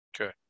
Okay